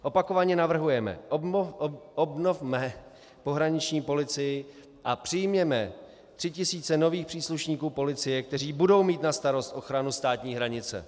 Opakovaně navrhujeme: obnovme pohraniční policii a přijměme tři tisíce nových příslušníků policie, kteří budou mít na starost ochranu státní hranice.